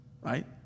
right